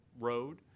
road